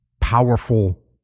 powerful